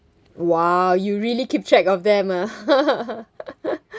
!wah! you really keep track of them ah